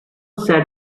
said